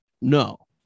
No